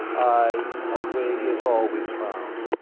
aye, a way is always found.